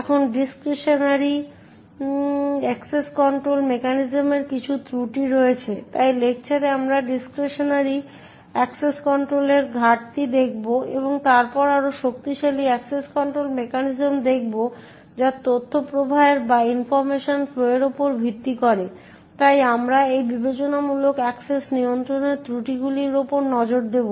এখন discretionary access control মেকানিজমের কিছু ত্রুটি রয়েছে এই লেকচারে আমরা ডিসক্রিশনারি এক্সেস কন্ট্রোলের ঘাটতি দেখব এবং তারপর আরও শক্তিশালী অ্যাক্সেস কন্ট্রোল মেকানিজম দেখব যা তথ্য প্রবাহের উপর ভিত্তি করে তাই আমরা এই বিবেচনামূলক অ্যাক্সেস নিয়ন্ত্রণের ত্রুটিগুলির উপর নজর দেব